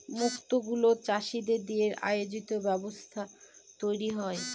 মুক্ত গুলো চাষীদের দিয়ে আয়োজিত ব্যবস্থায় তৈরী হয়